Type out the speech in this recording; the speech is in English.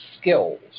skills